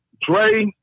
Dre